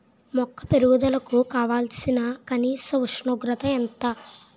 మొక్క పెరుగుదలకు కావాల్సిన కనీస ఉష్ణోగ్రత ఎంత?